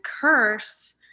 curse